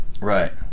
Right